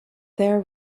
their